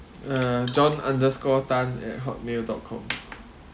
uh john underscore tan at hotmail dot com